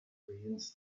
brains